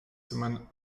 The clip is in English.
simon